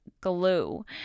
glue